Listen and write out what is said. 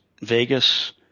Vegas